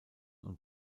und